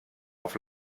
auf